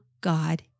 God